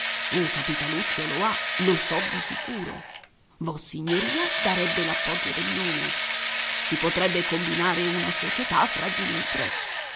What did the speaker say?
esempio un capitaluccio lo ha lo so di sicuro vossignoria darebbe l'appoggio del nome si potrebbe combinare una società fra di noi tre